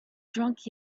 drunk